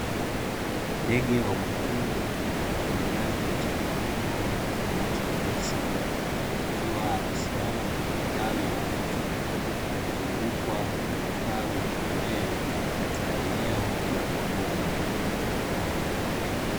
Ndege wa mwituni mwenye rangi mchanganyiko na macho meusi akiwa amesimama kwenye tawi la mti na kuzungukwa na matawi mengineyo katika eneo la mwituni.